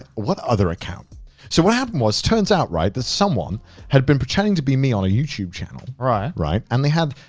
what other account? so what happened was, turns out, right? that someone had been pretending to be me on a youtube channel. right. right. and they have,